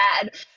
bad